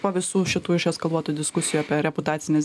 po visų šitų išeskaluotų diskusijų apie reputacines